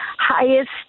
highest